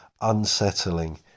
unsettling